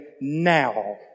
now